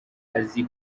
azi